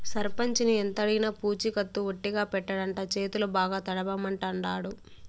సర్పంచిని ఎంతడిగినా పూచికత్తు ఒట్టిగా పెట్టడంట, చేతులు బాగా తడపమంటాండాడు